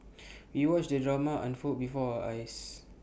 we watched the drama unfold before our eyes